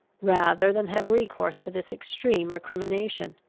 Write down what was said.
rather than have recourse to this extreme recrimination.